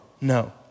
No